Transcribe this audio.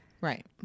Right